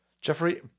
Jeffrey